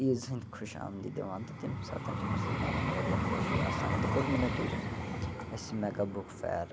عیٖز ہٕندۍ خُوش آمدیٖد دِوان تہٕ تَمہِ ساتہٕ چھِ مُسلمانن واریاہ خُوشی آسان تہٕ پٔتمہِ لٹہِ یُس اَسہِ میگا بُک فَیر